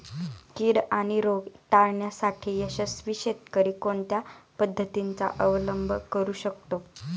कीड आणि रोग टाळण्यासाठी यशस्वी शेतकरी कोणत्या पद्धतींचा अवलंब करू शकतो?